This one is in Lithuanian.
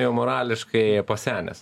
jau morališkai pasenęs